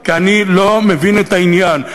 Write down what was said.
כי אני לא מבין את העניין.